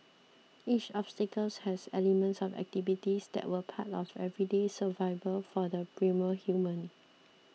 each obstacle has elements of activities that were part of everyday survival for the primal human